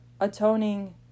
atoning